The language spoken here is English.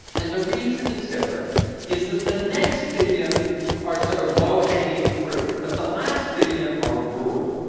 and the reason it's different is that the next billion are sort of low-hanging fruit, but the last billion are rural.